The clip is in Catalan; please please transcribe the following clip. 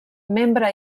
membre